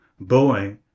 Boeing